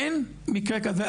אין מקרה כזה.